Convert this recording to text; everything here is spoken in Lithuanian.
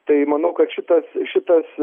tai manau kad šitas šitas